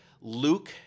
Luke